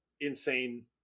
insane